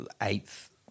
eighth